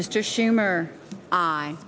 mr schumer i